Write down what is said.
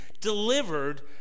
delivered